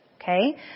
okay